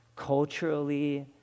culturally